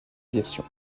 aviation